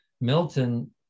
Milton